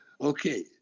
Okay